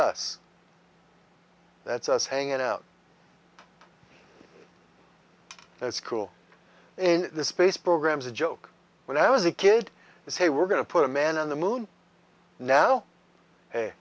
us that's us hanging out that's cool in the space program is a joke when i was a kid to say we're going to put a man on the moon now